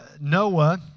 Noah